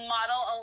Model